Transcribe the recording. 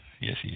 yes